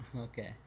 Okay